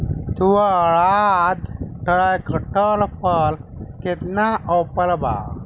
Swaraj tractor पर केतना offer बा?